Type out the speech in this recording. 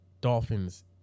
Dolphins